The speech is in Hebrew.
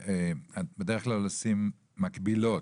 בדרך כלל עושים מקבילות,